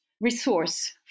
resource